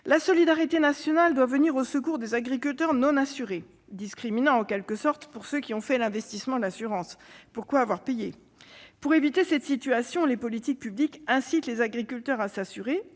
La solidarité nationale doit venir au secours des agriculteurs non assurés, discriminant en quelque sorte ceux qui ont fait l'investissement de l'assurance et qui peuvent se demander pourquoi ils ont payé. Pour éviter cette situation, les politiques publiques incitent les agriculteurs à s'assurer,